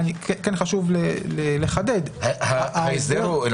חשוב לחדד שההסדר --- אותו הסדר בדיוק.